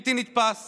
בלתי נתפס